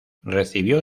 recibió